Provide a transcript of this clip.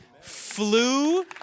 Flew